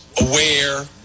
aware